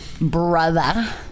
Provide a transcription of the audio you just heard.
Brother